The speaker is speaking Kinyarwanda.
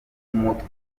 w’umutwe